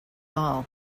all